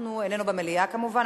איננו במליאה כמובן.